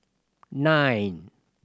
nine